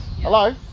Hello